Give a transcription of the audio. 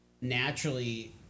naturally